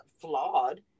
flawed